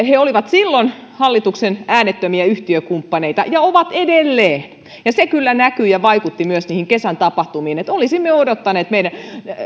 he olivat silloin hallituksen äänettömiä yhtiökumppaneita ja ovat edelleen ja se kyllä näkyy ja vaikutti myös niihin kesän tapahtumiin olisimme odottaneet